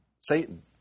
Satan